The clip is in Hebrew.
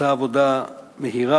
עשתה עבודה מהירה,